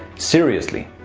seriously,